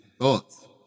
thoughts